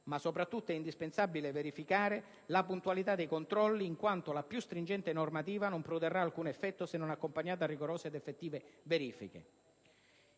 Ma soprattutto è indispensabile verificare la puntualità dei controlli, in quanto la più stringente normativa non produrrà alcun effetto se non accompagnata da rigorose ed effettive verifiche.